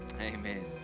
Amen